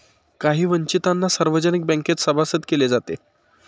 काही वंचितांना सार्वजनिक बँकेत सभासद केले जाते